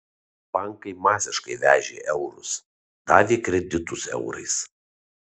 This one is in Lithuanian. bankai masiškai vežė eurus davė kreditus eurais